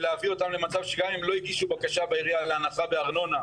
ולהביא אותן למצב שגם אם לא הגישו בקשה בעירייה להנחה בארנונה,